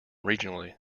regionally